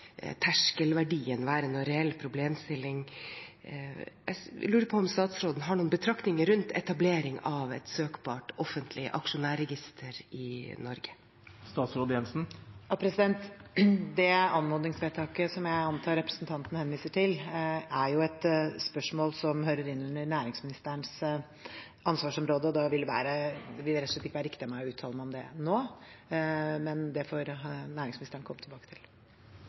terskelverdien være en reell problemstilling. Jeg lurer på om statsråden har noen betraktninger rundt etableringen av et søkbart, offentlig aksjonærregister i Norge. Det anmodningsvedtaket som jeg antar at representanten henviser til, er et spørsmål som hører inn under næringsministerens ansvarsområde. Det ville rett og slett ikke være riktig å uttale meg om det nå. Det får næringsministeren komme tilbake til.